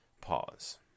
Pause